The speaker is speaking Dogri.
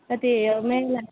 ते में गलाया